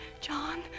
John